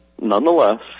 nonetheless